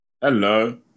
hello